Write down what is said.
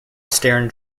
stern